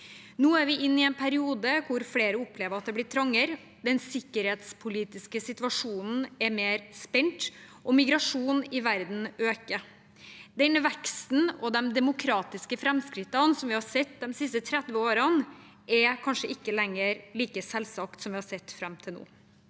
Nå er vi inne i en periode hvor flere opplever at det blir trangere, den sikkerhetspolitiske situasjonen er mer spent, og migrasjonen i verden øker. Den veksten og de demokratiske framskrittene vi har sett de siste 30 årene, er kanskje ikke lenger like selvsagte som de har vært fram til nå.